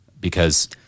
Because-